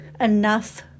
enough